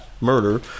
murder